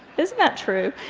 isn't that true?